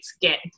get